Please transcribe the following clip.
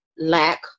lack